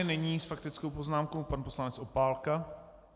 Nyní s faktickou poznámkou pan poslanec Opálka.